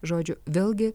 žodžiu vėlgi